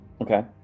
Okay